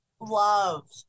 love